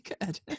good